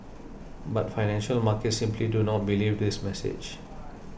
but financial markets simply do not believe this message